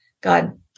God